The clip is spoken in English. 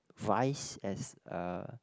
rice as a